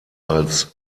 als